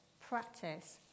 practice